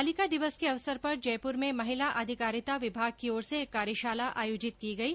बालिका दिवस के अवसर पर जयपुर में महिला अधिकारिता विभाग की ओर से एक कार्यशाला आयोजित की गई